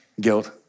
guilt